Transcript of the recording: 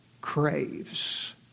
craves